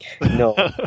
No